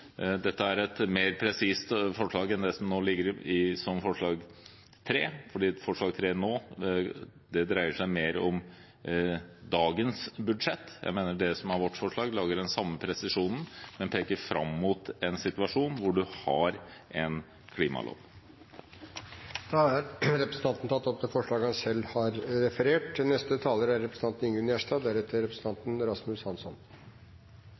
Dette er et mer presist forslag enn det som nå ligger som III, fordi III dreier seg mer om dagens budsjett. Jeg mener vårt forslag har den samme presisjonen, men peker fram mot en situasjon hvor man har en klimalov. Representanten Ola Elvestuen har tatt opp det forslaget han refererte til. Eg synest dagen i dag opnar for fleire spørsmål enn svar. Den førre debatten viste tydeleg at det per i dag ikkje er